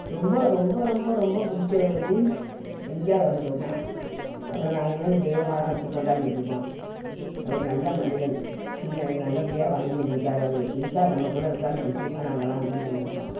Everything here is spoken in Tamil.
ரொம்ப ரொம்ப ரொம்ப ரொம்ப பிடிச்சவரு வந்து எம் ஜி ஆர் அவர்கள் தான் அவரை நாங்கள் இன்னும் தெய்வமாக தான் வச்சு கொண்டாடிகிட்டு இருக்கோம் அவர் நல்ல மனிதன் இன்னும் நல்லபடியாக வாழ்ந்து கொண்டிருக்காரு அவர் இருக்கார் நம்ம கூட இருக்காருன்னு நினைத்து கிட்டு தான் நாங்கள்லாம் இருந்துகொண்டு இருக்கோம்